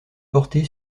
porté